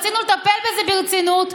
רצינו לטפל בזה ברצינות.